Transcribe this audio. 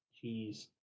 cheese